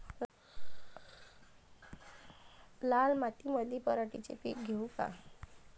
लाल मातीमंदी पराटीचे पीक घेऊ का?